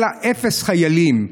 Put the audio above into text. אלא אפס חיילים,